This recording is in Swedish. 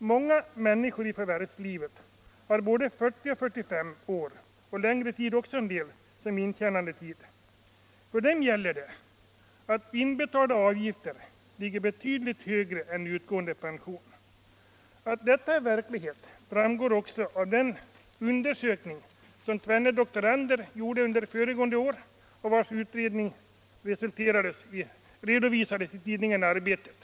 Många människor i förvärvslivet har både 40 och 45 år, i en del fall mer, som intjänandetid. Nr 76 För dem gäller att inbetalda avgifter ligger betydligt högre än utgående Fredagen den pension. Att detta är verklighet framgår också av den undersökning som 5 mars 1976 tvenne doktorander gjort under föregående år och som redovisats i tidningen. I Arbetet.